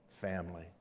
family